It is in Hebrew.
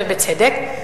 ובצדק,